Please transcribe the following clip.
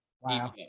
wow